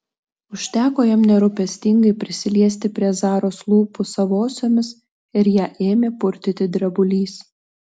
užteko jam nerūpestingai prisiliesti prie zaros lūpų savosiomis ir ją ėmė purtyti drebulys